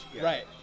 Right